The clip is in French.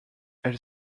elle